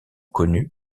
connue